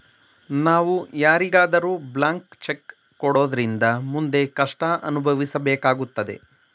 ನಾವು ಯಾರಿಗಾದರೂ blank cheque ಕೊಡೋದ್ರಿಂದ ಮುಂದೆ ಕಷ್ಟ ಅನುಭವಿಸಬೇಕಾಗುತ್ತದೆ